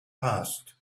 passed